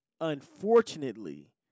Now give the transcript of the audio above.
unfortunately